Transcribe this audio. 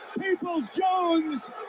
Peoples-Jones